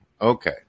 okay